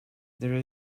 there